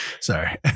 sorry